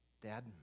Dad